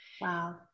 Wow